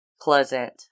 pleasant